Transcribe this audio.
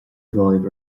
romhaibh